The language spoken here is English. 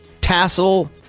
tassel